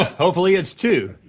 hopefully it's two.